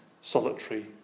solitary